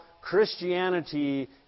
Christianity